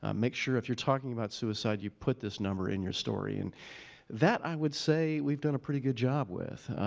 ah make sure, if you're talking about suicide, you put this number in your story. and that, i would say, we've done a pretty good job with.